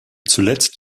zuletzt